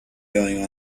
going